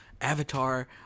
Avatar